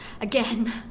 again